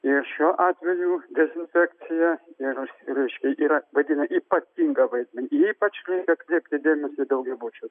ir šiuo atveju dezinfekcija ir reiškia yra vaidina ypatingą vaidmenį ypač reikia atkreipti dėmesį į daugiabučius